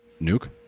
Nuke